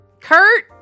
Kurt